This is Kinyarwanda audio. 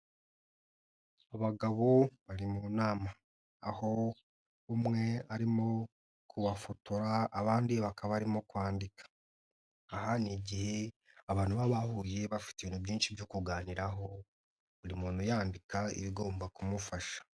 Abagabo bari mu nama aho umwe arimo kubafotora abandi bakaba barimo kwandika. Aha ni igihe abantu baba bahuye bafite ibintu byinshi byo kuganiraho, buri muntu yandika ibigomba kumufasha.